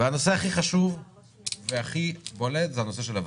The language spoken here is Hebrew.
והנושא הכי חשוב והכי בולט זה הנושא של הוודאות.